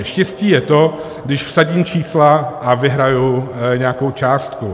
Štěstí je to, když vsadím čísla a vyhraji nějakou částku.